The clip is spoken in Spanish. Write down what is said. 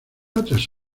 otras